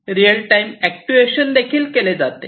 real time actuation देखील केले जाते